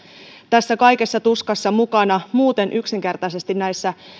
tässä kaikessa tuskassa mukana muuten yksinkertaisesti näissä